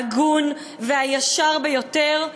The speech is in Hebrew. ההגון והישר ביותר,